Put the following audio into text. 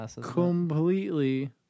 completely